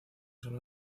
solo